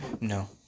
No